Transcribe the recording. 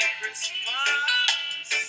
Christmas